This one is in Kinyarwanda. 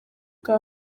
bwa